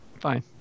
Fine